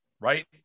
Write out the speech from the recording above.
right